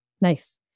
Nice